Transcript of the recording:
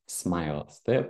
smailas taip